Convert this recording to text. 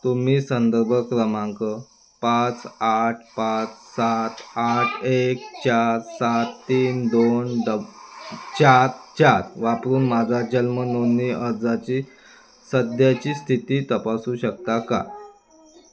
तुम्ही संदर्भ क्रमांक पाच आठ पाच सात आठ एक चार सात तीन दोन डब चार चार वापरून माझा जन्मनोंदणी अर्जाची सध्याची स्थिती तपासू शकता का